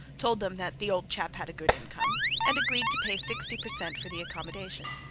told them that the old chap had a good income and agreed to pay sixty per cent for the accommodation.